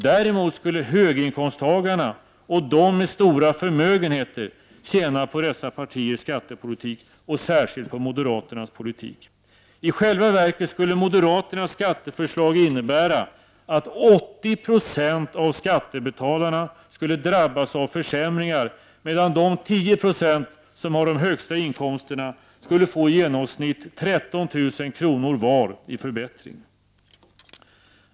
Däremot skulle höginkomsttagarna och de som har stora förmögenheter tjäna på dessa partiers skattepolitik, särskilt på moderaternas politik. I själva verket skulle moderaternas skatteförslag innebära att 80 90 av skattebetalarna drabbades av försämringar, medan det skulle bli en förbättring för de 10 96 som har de högsta inkomsterna med i genomsnitt 13 000 kr. för var och en.